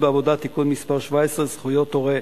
בעבודה (תיקון מס' 17) (זכויות הורה).